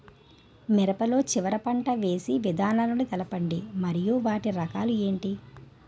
మిరప లో చివర పంట వేసి విధానాలను తెలపండి మరియు వాటి రకాలు ఏంటి